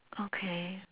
okay